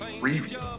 review